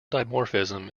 dimorphism